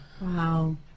Wow